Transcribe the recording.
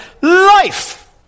life